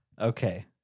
Okay